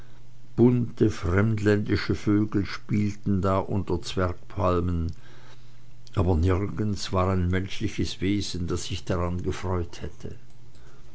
bunte fremdländische vögel spielten da unter zwergpalmen aber nirgends war ein menschliches wesen das sich daran gefreut hätte